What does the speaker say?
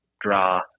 draw